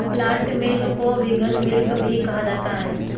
plant milk को vegan milk भी कहा जाता है